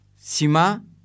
Sima